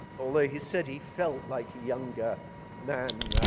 although he said he felt like a younger man,